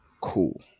Cool